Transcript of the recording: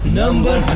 number